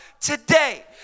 today